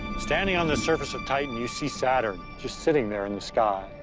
standing on the surface of titan, you see saturn just sitting there in the sky,